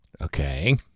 Okay